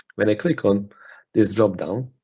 when i click on this drop down,